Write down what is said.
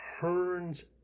turns